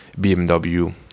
BMW